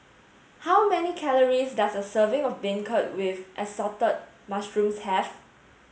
how many calories does a serving of beancurd with assorted mushrooms have